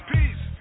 Peace